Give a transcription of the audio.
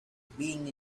being